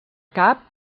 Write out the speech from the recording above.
cap